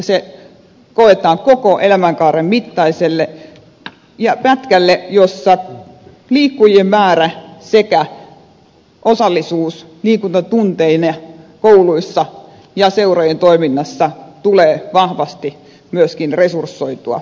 se koetaan jakaantuvan koko elämänkaaren mittaiselle pätkälle ja siinä liikkujien määrä sekä osallisuus liikuntatunteina kouluissa ja seurojen toiminnassa tulee vahvasti myöskin resursoitua